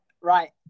Right